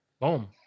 Boom